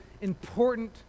important